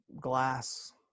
Glass